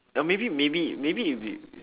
or maybe maybe maybe if if